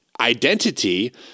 identity